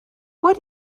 what